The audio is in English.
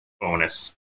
bonus